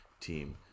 team